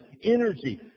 energy